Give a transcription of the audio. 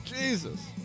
Jesus